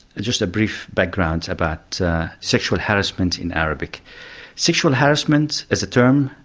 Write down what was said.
just a brief background about sexual harassment in arabic sexual harassment, as a term,